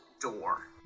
door